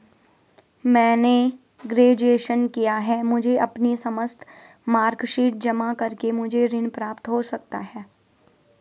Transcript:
मैंने ग्रेजुएशन किया है मुझे अपनी समस्त मार्कशीट जमा करके मुझे ऋण प्राप्त हो सकता है?